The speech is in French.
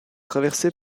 traversée